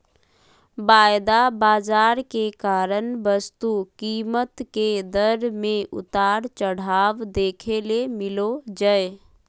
वायदा बाजार के कारण वस्तु कीमत के दर मे उतार चढ़ाव देखे ले मिलो जय